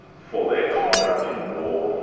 for their conduct in war,